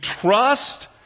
trust